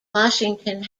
washington